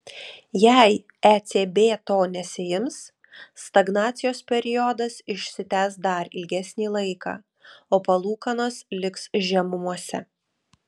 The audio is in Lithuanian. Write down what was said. jei ecb to nesiims stagnacijos periodas išsitęs dar ilgesnį laiką o palūkanos liks žemumose